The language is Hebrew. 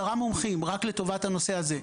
10 רופאים רק לטובת הנושא הזה.